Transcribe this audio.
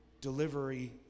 delivery